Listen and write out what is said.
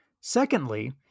Secondly